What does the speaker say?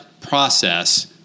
process